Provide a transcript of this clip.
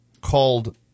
called